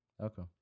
okay